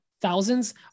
thousands